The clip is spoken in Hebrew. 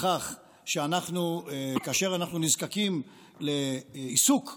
בכך שכאשר אנחנו נזקקים לעיסוק,